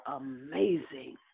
amazing